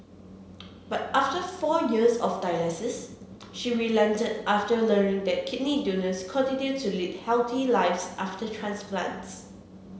but after four years of dialysis she relented after learning that kidney donors continue to lead healthy lives after transplants